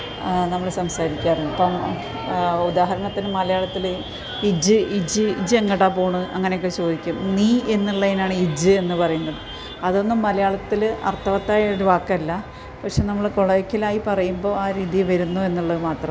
നമ്മൾ സംസാരിക്കാറ് ഇപ്പം ഉദാഹരണത്തിന് മലയാളത്തിൽ ഇജ്ജ് ഇജ്ജ് ഇജ്ജെങ്ങിടാ പോണ് അങ്ങനെയൊക്കെ ചോദിക്കും നീ എന്നുള്ളതിനാണ് ഇജ്ജ് എന്ന് പറയുന്നത് അതൊന്നും മലയാളത്തിൽ അർത്ഥവത്തായൊരു വാക്കല്ല പക്ഷേ നമ്മൾ കൊളോക്ക്യലായി പറയുമ്പോൾ ആ രീതിയിൽ വരുന്നു എന്നുള്ളത് മാത്രം